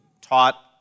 taught